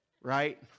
right